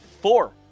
four